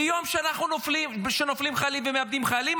ביום שנופלים חיילים ומאבדים חיילים,